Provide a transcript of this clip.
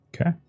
okay